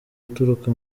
uturuka